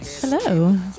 Hello